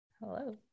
Hello